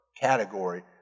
category